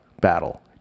battle